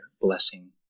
blessing